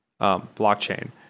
blockchain